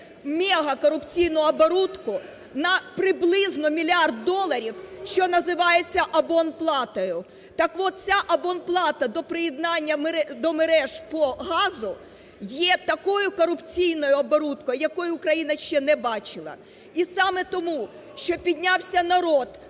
мегакорупційну оборудку на приблизно мільярд доларів, що називається "абонплатою". Так от, ця абонплата до приєднання до мереж по газу є такою корупційною оборудкою, якої Україна ще не бачила. І саме тому, що піднявся народ